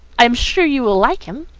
i am sure you will like him.